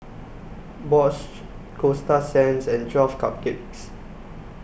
Bosch Coasta Sands and twelve Cupcakes